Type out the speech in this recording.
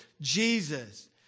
Jesus